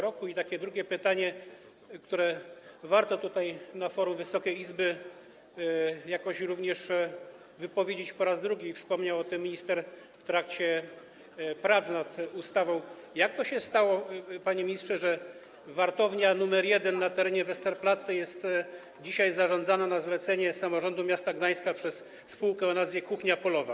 I takie drugie pytanie, które również warto na forum Wysokiej Izby wypowiedzieć po raz drugi, wspomniał o tym minister w trakcie prac nad ustawą: Jak to się stało, panie ministrze, że wartownia numer 1 na terenie Westerplatte jest dzisiaj zarządzana na zlecenie samorządu miasta Gdańska przez spółkę o nazwie Kuchnia Polowa?